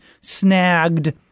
snagged